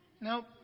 nope